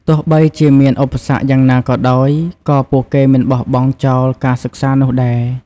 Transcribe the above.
ទោះបីជាមានឧបសគ្គយ៉ាងណាក៏ដោយ ក៏ពួកគេមិនបោះបង់ចោលការសិក្សានោះដែរ។